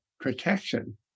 protection